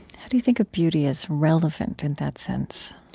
how do you think of beauty as relevant in that sense?